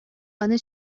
аны